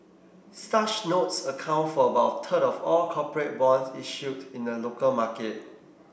such notes account for about third of all corporate bonds issued in the local market